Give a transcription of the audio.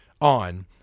on